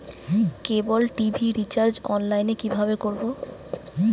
কেবল TV recharge online এ কিভাবে করব?